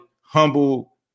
humble